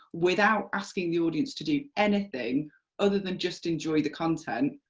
without asking the audience to do anything other than just enjoy the content,